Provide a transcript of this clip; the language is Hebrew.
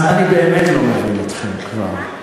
אז אני באמת לא מבין אתכם כבר.